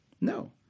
No